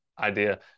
idea